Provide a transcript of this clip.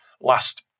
last